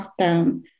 lockdown